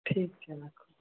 ठीक छै राखू